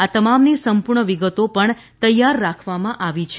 આ તમામની સંપૂર્ણ વિગતો પણ તૈયાર રાખવામાં આવી છે